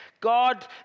God